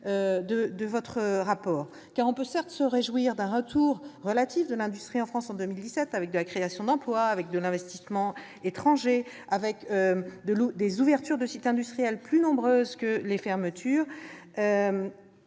de votre rapport. On peut certes se réjouir d'un retour relatif de l'industrie en France en 2017, avec des créations d'emplois, de l'investissement étranger et des ouvertures de sites industriels plus nombreuses que les fermetures,